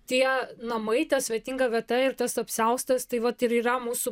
tie namai ta svetinga vieta ir tas apsiaustas tai vat ir yra mūsų